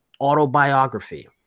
autobiography